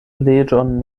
leĝon